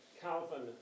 Calvin